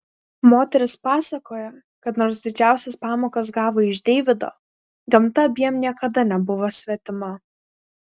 moteris pasakoja kad nors didžiausias pamokas gavo iš deivido gamta abiem niekada nebuvo svetima